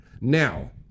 now